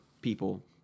people